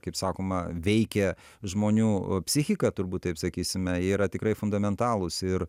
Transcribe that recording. kaip sakoma veikia žmonių psichiką turbūt taip sakysime jie yra tikrai fundamentalūs ir